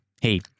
Hey